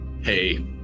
Hey